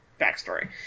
backstory